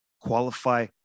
qualify